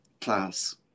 class